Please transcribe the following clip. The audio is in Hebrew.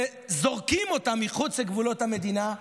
וזורקים אותה מחוץ לגבולות המדינה,